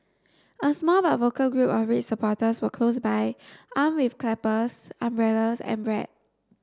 a small but vocal group of red supporters were close by armed with clappers umbrellas and